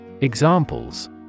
Examples